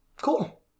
Cool